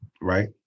right